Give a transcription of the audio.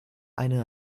eine